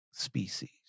species